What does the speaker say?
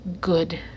good